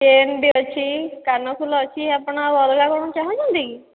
chain ବି ଅଛି କାନଫୁଲ ଅଛି ଆପଣ ଅଲଗା କିଛି ଚାହୁଁଛନ୍ତି କି